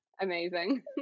amazing